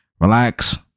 relax